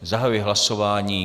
Zahajuji hlasování.